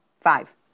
Five